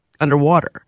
underwater